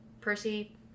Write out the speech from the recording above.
Percy